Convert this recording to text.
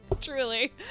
Truly